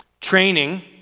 Training